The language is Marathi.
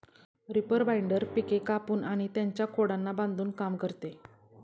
रीपर बाइंडर पिके कापून आणि त्यांच्या खोडांना बांधून काम करते